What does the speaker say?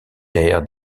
terre